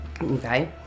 Okay